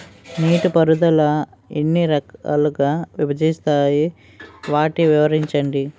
నీటిపారుదల ఎన్ని రకాలుగా విభజించారు? వాటి వివరించండి?